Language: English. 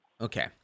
Okay